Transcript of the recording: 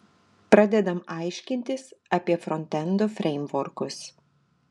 pradedam aiškintis apie frontendo freimvorkus